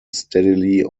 steadily